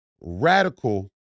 radical